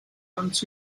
wants